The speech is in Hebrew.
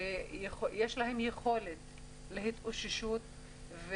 שיש להם יכולת התאוששות,